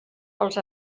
pels